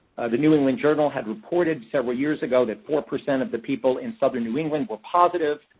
the new england journal had reported several years ago that four percent of the people in southern new england were positive.